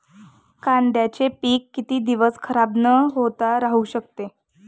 कांद्याचे पीक किती दिवस खराब न होता राहू शकते?